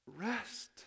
Rest